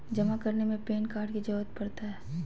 जमा करने में पैन कार्ड की जरूरत पड़ता है?